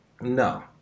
No